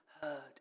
heard